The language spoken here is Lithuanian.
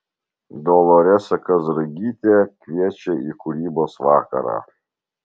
doloresa kazragytė kviečia į kūrybos vakarą